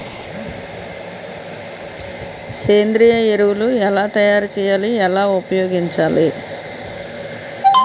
సేంద్రీయ ఎరువులు ఎలా తయారు చేయాలి? ఎలా ఉపయోగించాలీ?